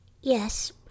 Yes